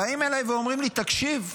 באים אליי ואומרים לי: תקשיב,